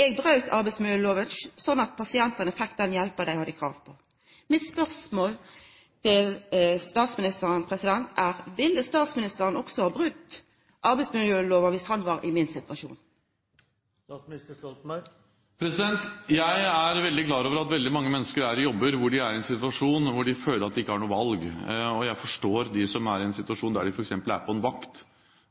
Eg braut arbeidsmiljølova, slik at pasientane fekk den hjelpa dei hadde krav på. Mitt spørsmål til statsministeren er: Ville statsministeren også ha brote arbeidsmiljølova dersom han var i min situasjon? Jeg er klar over at veldig mange mennesker er i jobber hvor de kan komme i en situasjon hvor de føler at de ikke har noe valg. Jeg forstår dem som f.eks. er på en vakt,